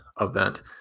event